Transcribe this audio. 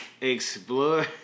Explore